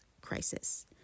crisis